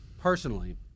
personally